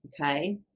okay